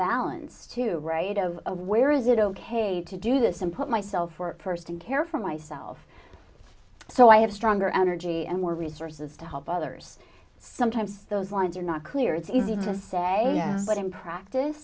balance to right of where is it ok to do this and put myself for us to care for myself so i have stronger energy and more resources to help others sometimes those lines are not clear it's easy to say but in practice